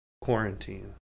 quarantine